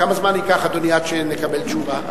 כמה זמן ייקח, אדוני, עד שנקבל תשובה?